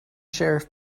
sheriff